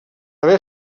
haver